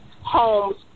homes